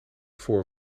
voor